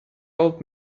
old